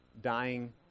dying